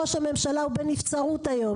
ראש הממשלה הוא בנצרות היום,